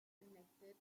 connected